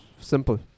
simple